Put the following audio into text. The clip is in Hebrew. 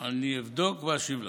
אני אבדוק ואשיב לך.